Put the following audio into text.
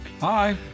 Hi